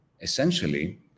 essentially